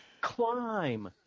Climb